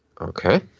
Okay